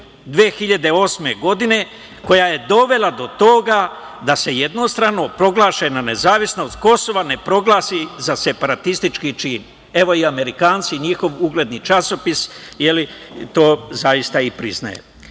2008. godine koja je dovela do toga da se jednostrano proglašena nezavisnost Kosova ne proglasi za separatistički čin. Evo, i Amerikanci, njihov ugledni časopis to zaista i priznaje. Šiptari